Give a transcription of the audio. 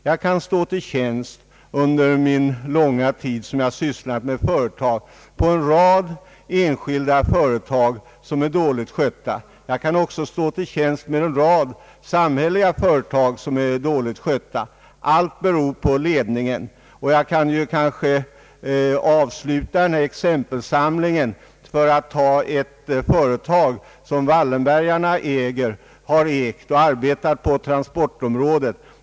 Jag kan stå till tjänst — efter den långa tid jag sysslat med olika företag — med exempel på en rad enskilda företag som är dåligt skötta. Jag kan också stå till tjänst med exempel på en rad samhälleliga företag som är dåligt skötta. Allt beror på ledningen. Jag kan avsluta exempelsamlingen med ett företag på transportområdet som Wallenbergarna har ägt.